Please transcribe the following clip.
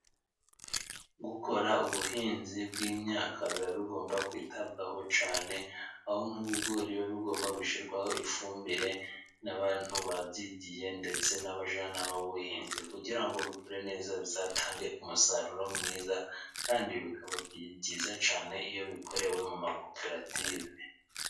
Gukora ubuhinzi bw'imyaka, biba bigomba kwitabwaho cyane, aho nk'ibigori biba bigomba gushyirwaho ifumbire, n'abantu babyigiye ndetse n'abajyanama b'ubuhinzi, kugirango bikure neza, bizatange umusaruro mwiza kandi bikaba byiza cyane, az iyo bikorewe mu makoperative.